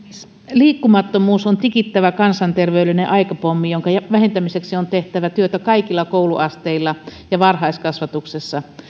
liikkumattomuus on tikittävä kansanterveydellinen aikapommi jonka vähentämiseksi on tehtävä työtä kaikilla kouluasteilla ja varhaiskasvatuksessa